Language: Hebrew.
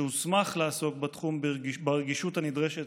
שהוסמך לעסוק בתחום ברגישות הנדרשת,